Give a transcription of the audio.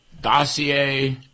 dossier